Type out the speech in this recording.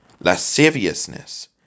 lasciviousness